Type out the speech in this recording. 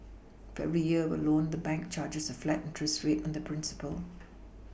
for every year a loan the bank charges a flat interest rate on the principal